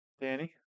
Danny